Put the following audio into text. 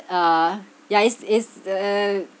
uh ya it's is the